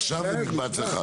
עכשיו זה מקבץ אחד.